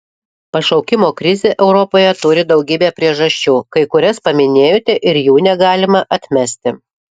pašaukimo krizė europoje turi daugybę priežasčių kai kurias paminėjote ir jų negalima atmesti